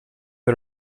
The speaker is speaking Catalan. per